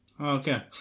Okay